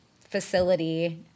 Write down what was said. facility